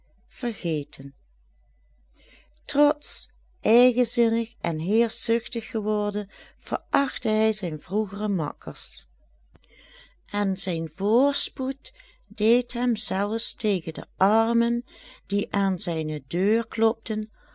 vergeten trotsch eigenzinnig en heerschzuchtig geworden verachtte hij zijne vroegere makkers en zijn voorspoed deed hem zelfs tegen de armen die aan zijne deur klopten